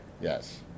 Yes